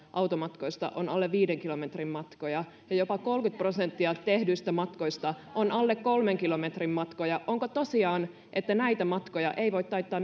automatkoista on alle viiden kilometrin matkoja ja jopa kolmekymmentä prosenttia tehdyistä matkoista on alle kolmen kilometrin matkoja onko tosiaan niin että näitä matkoja ei voi taittaa